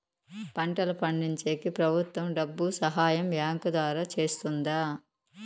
పంటలు పండించేకి ప్రభుత్వం డబ్బు సహాయం బ్యాంకు ద్వారా చేస్తుందా?